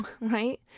right